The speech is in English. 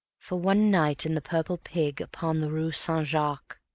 for one night in the purple pig, upon the rue saint-jacques,